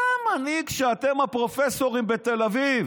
זה המנהיג שאתם, הפרופסורים בתל אביב